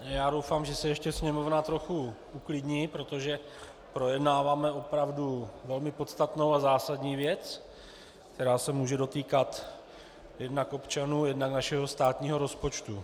Já doufám, že se ještě sněmovna trochu uklidní, protože projednáváme opravdu velmi podstatnou a zásadní věc, která se může dotýkat jednak občanů, jednak našeho státního rozpočtu.